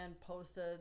posted